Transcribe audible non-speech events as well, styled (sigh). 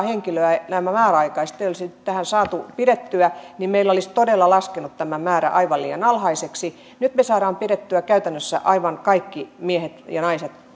(unintelligible) henkilöä näitä määräaikaisia ei olisi tässä saatu pidettyä niin meillä olisi todella laskenut tämä määrä aivan liian alhaiseksi nyt me saamme pidettyä käytännössä aivan kaikki miehet ja naiset